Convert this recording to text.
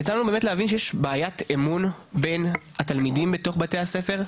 יצא לנו באמת להבין שיש בעיית אמון בין התלמידים בתוך בתי הספר,